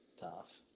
tough